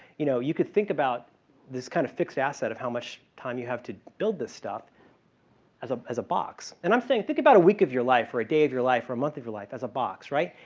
you know you could think about this kind of fixed asset of how much time you have to build this stuff as a as a box. and i'm saying think about a week of your life, or a day of your life, or a month of your life as a box, right?